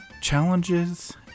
Challenges